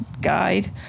guide